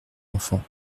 enfants